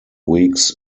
weeks